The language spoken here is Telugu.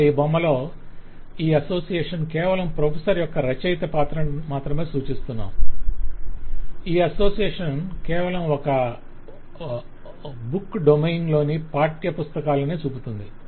ఇక్కడ ఈ బొమ్మలో ఈ అసోసియేషన్ కేవలం ప్రొఫెసర్ యొక్క రచయిత పాత్రను మాత్రమే సూచిస్తున్నాము ఈ అసోసియేషన్ కేవలం బుక్ డొమైన్ లోని పాఠ్యపుస్తకాలనే చూపుతుంది